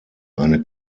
eine